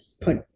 put